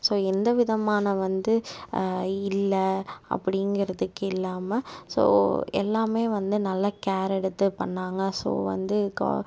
so எந்த விதமான வந்து இல்லை அப்படிங்கிறதுக்கே இல்லாம ஸோ எல்லாமே வந்து நல்லா கேர் எடுத்து பண்ணாங்க ஸோ வந்து கவ்